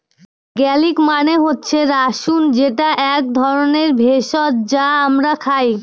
garlic মানে হচ্ছে রসুন যেটা এক ধরনের ভেষজ যা আমরা খাই